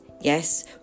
Yes